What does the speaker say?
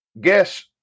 Guess